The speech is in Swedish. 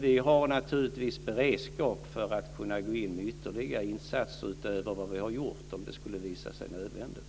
Vi har naturligtvis beredskap för att kunna gå in med ytterligare insatser utöver vad vi har gjort om det skulle visa sig nödvändigt.